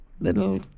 little